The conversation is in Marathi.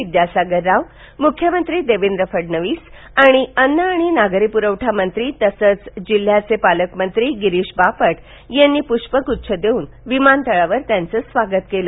विद्यासागर राव मुख्यमंत्री देवेंद्र फडणवीस तसेच अन्न आणि नागरी प्रवठामंत्री तथा जिल्ह्याचे पालकमंत्री गिरीश बापट यांनी प्ष्पग्च्छ देऊन विमानतळावर त्यांचं स्वागत केले